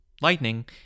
Lightning